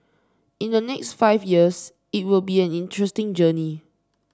in the next five years it will be an interesting journey